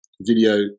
video